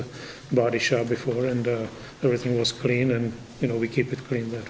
a body shop before and everything was clean and you know we keep it clean